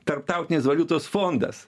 tarptautinės valiutos fondas